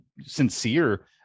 sincere